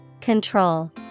Control